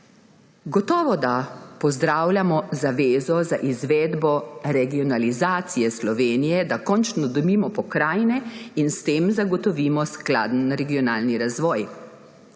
Gotovo pozdravljamo zavezo za izvedbo regionalizacije Slovenije, da končno dobimo pokrajine in s tem zagotovimo skladen regionalni razvoj.